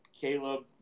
Caleb